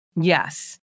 Yes